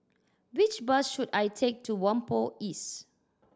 which bus should I take to Whampoa East